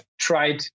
tried